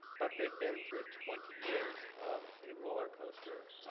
but they've been through twenty years of a roller coaster.